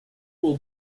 will